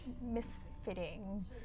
misfitting